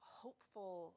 hopeful